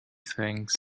things